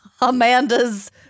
amanda's